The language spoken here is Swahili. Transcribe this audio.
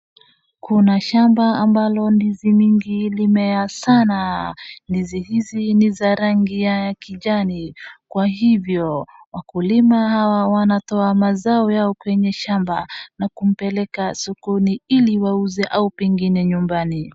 Kuna shamba ambalo ndizi mingi ilimea sana, ndizi hizi ni za rangi ya kijani, kwa hivyo wakulima hawa wanatoa mazao yao kwenye shamba na kumpeleka sokoni ili wauze au pengine nyumbani.